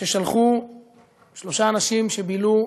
ששלחו שלושה אנשים שבילו,